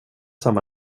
samma